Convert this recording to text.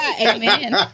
Amen